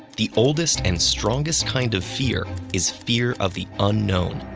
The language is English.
the oldest and strongest kind of fear is fear of the unknown.